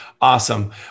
Awesome